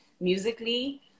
musically